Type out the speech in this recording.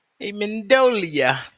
Amendolia